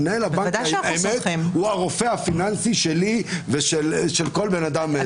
מנהל הבנק הוא הרופא הפיננסי שלי ושל כל אדם.